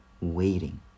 waiting